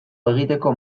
egiteko